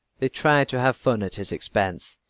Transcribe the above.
they tried to have fun at his expense,